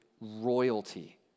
royalty